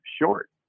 short